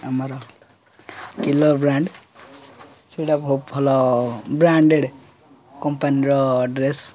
ଆମର Killer brand ସେଇଟା ଭଲ ବ୍ରାଣ୍ଡେଡ଼ କମ୍ପାନୀର ଡ୍ରେସ୍